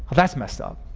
that's messed up.